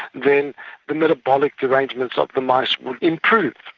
then the metabolic arrangements of the mice would improve.